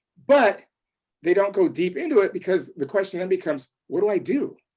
but they don't go deep into it. because the question then becomes, what do i do?